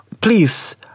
Please